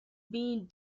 being